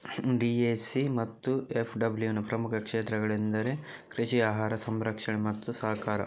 DAC ಮತ್ತು ಎಫ್.ಡಬ್ಲ್ಯೂನ ಪ್ರಮುಖ ಕ್ಷೇತ್ರಗಳೆಂದರೆ ಕೃಷಿ, ಆಹಾರ ಸಂರಕ್ಷಣೆ ಮತ್ತು ಸಹಕಾರ